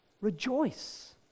rejoice